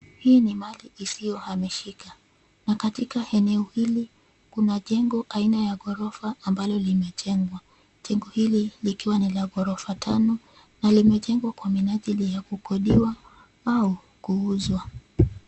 Hii ni mahali isiyohamishika, na katika eneo hili kuna jengo aina ya ghorofa ambalo limejengwa. Jengo hili lina ghorofa tano, na limejengwa kwa minajili ya kukodiwa au kuuzwa.